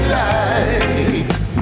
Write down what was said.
light